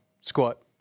squat